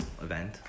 event